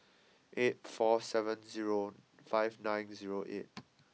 eight four seven zero five nine zero eight